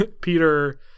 peter